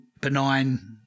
benign